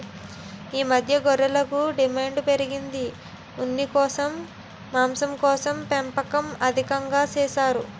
ఈ మధ్య గొర్రెలకు డిమాండు పెరిగి ఉన్నికోసం, మాంసంకోసం పెంపకం అధికం చేసారు